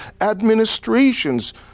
administrations